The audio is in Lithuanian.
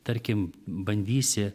tarkim bandysi